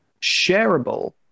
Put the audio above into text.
shareable